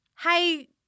hey